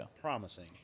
promising